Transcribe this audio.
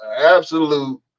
absolute